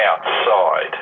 outside